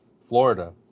Florida